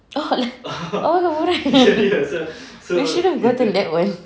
oh murahnya you shouldn't gotten that [one]